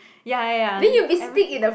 ya ya eve~